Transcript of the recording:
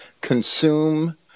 consume